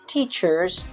Teachers